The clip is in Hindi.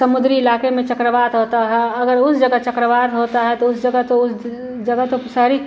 समुद्री इलाके में चक्रवात होता है अगर उस जगह चक्रवात होता है तो उस जगह तो उस जगह तो फिर सारी